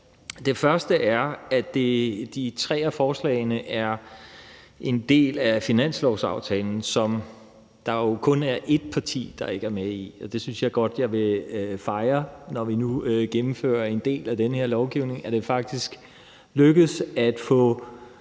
Den første er, at de tre af forslagene er en del af finanslovsaftalen, som der jo kun er ét parti, der ikke er med i. Det synes jeg godt at jeg vil fejre, når vi nu gennemfører en del af den her lovgivning, altså at det faktisk lykkedes at få